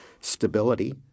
Stability